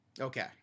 Okay